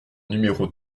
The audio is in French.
numéros